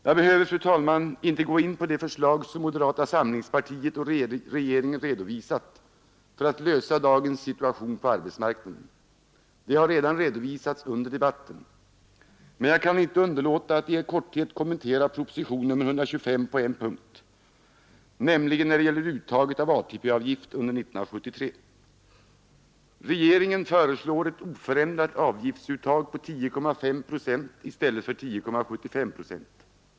Jag behöver, fru talman, inte gå in på de förslag som moderata samlingspartiet och regeringen redovisat för att lösa dagens situation på arbetsmarknaden. De har redan redovisats under debatten. Men jag kan inte underlåta att i korthet kommentera proposition nr 125 på en punkt, nämligen när det gäller uttaget av ATP-avgift under 1973. Regeringen föreslår ett oförändrat avgiftsuttag på 10,5 procent i stället för 10,75 procent.